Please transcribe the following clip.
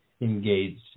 engaged